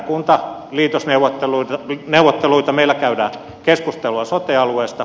meillä tehdään kuntaliitosneuvotteluita meillä käydään keskustelua sote alueesta